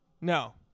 No